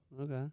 Okay